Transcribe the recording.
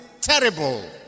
terrible